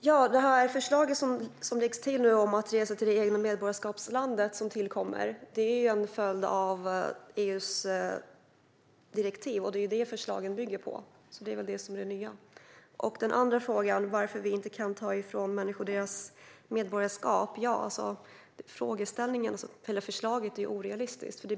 Fru talman! Det förslag som nu läggs till om att resa till det egna medborgarskapslandet är en följd av EU:s direktiv. Det är det förslaget bygger på, och det är det som är det nya. När det gäller den andra frågan, om varför vi inte kan ta ifrån människor deras medborgarskap, är förslaget orealistiskt.